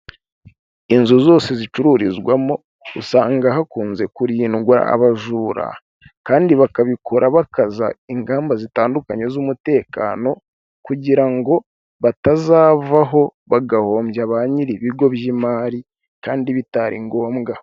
Inzu zose zicururizwamo usanga hakunze kurindwa abajura kandi bakabikora bakaza ingamba zitandukanye z'umutekano kugira ngo batazavaho bagahombya ba nyir'ibigo by'imari kandi bitari ngombwa.